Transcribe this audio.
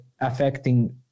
affecting